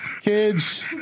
kids